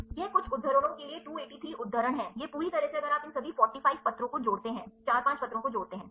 यह कुछ उद्धरणों के लिए 283 उद्धरण हैं यह पूरी तरह से अगर आप इन सभी 4 5 पत्रों कोजोड़ते हैं सही